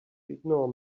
ignore